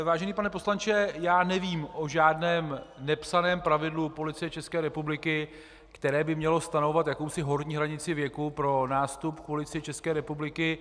Vážený pane poslanče, já nevím o žádném nepsaném pravidlu u Policie České republiky, které by mělo stanovovat jakousi horní hranici věku pro nástup k Policii České republiky.